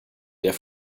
der